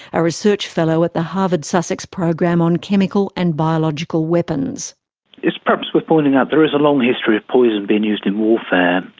a research fellow at the harvard sussex program on chemical and biological weapons. it is perhaps worth pointing out there is a long history of poison being used in warfare.